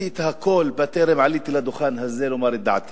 הכול בטרם עליתי לדוכן הזה לומר את דעתי